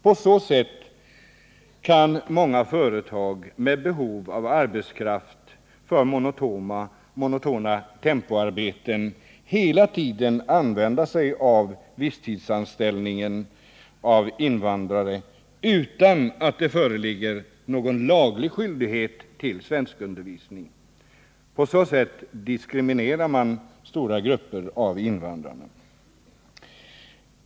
På så sätt kan många företag med behov av arbetskraft för monotona tempoarbeten hela tiden tillämpa visstidsanställning av invandrare utan att det föreligger någon laglig skyldighet till svenskundervisning. Därigenom diskriminerar man stora grupper av invandrare.